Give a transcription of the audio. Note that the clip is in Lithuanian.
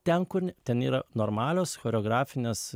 ten kur ten yra normalios choreografinės